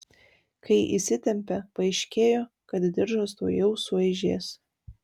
kai įsitempė paaiškėjo kad diržas tuojau sueižės